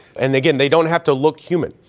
and again, they don't have to look human.